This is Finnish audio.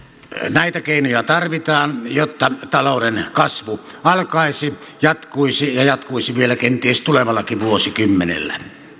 näitä keinoja tarvitaan jotta talouden kasvu alkaisi jatkuisi ja ja jatkuisi vielä kenties tulevallakin vuosikymmenellä